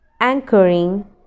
anchoring